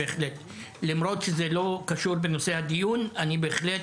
למרות שזה לא קשור בנושא הדיון, אני בהחלט